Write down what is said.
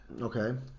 Okay